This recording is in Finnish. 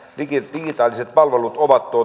digitaaliset palvelut ovat